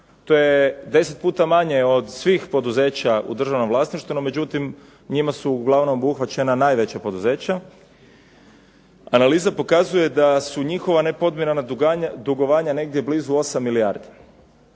to je 10 puta manje od svih poduzeća u državnom vlasništvu, no međutim njima su uglavnom obuhvaćena najveća poduzeća, analiza pokazuje da su njihova nepodmirena dugovanja negdje blizu 8 milijardi